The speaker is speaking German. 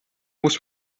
muss